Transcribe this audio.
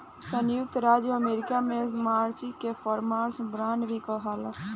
संयुक्त राज्य अमेरिका में मार्जिन के परफॉर्मेंस बांड भी कहाला